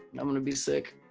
i'm gonna be sick